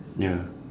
ya